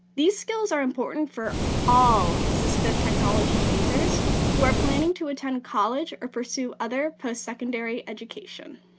these skills are important for all assistive technology users who are planning to attend college or pursue other post-secondary education.